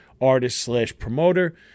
artist-slash-promoter